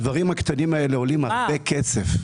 הדברים הקטנים האלה עולים הרבה כסף.